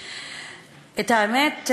האמת,